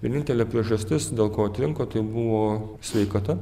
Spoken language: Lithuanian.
vienintelė priežastis dėl ko atrinko tai buvo sveikata